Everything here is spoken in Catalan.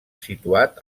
situat